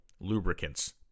lubricants